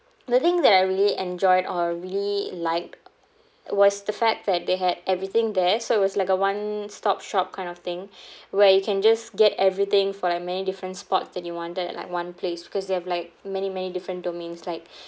the thing that I really enjoyed are really like was the fact that they had everything there so it was like a one stop shop kind of thing where you can just get everything for like many different sports that you wanted at like one place because they have like many many different domains like